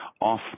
off